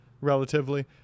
relatively